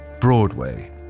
Broadway